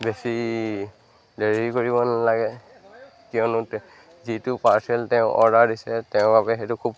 বেছি দেৰি কৰিব নালাগে কিয়নো যিটো পাৰ্চেল তেওঁ অৰ্ডাৰ দিছে তেওঁৰ বাবে সেইটো খুব